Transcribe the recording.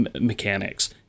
mechanics